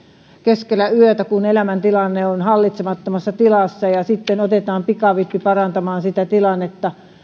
keskellä yötä kun elämäntilanne on hallitsematon ja sitten otetaan pikavippi parantamaan sitä tilannetta